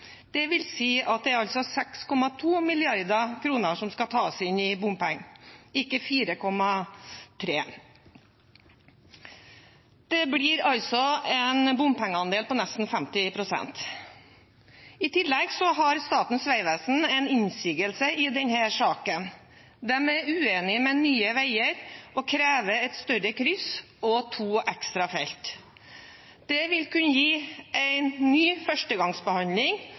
mrd. kr. Det vil altså si at det er 6,2 mrd. kr som skal tas inn i bompenger, ikke 4,3 mrd. kr. Det blir en bompengeandel på nesten 50 pst. I tillegg har Statens vegvesen en innsigelse i denne saken. De er uenige med Nye Veier og krever et større kryss og to ekstra felt. Det vil kunne gi en ny førstegangsbehandling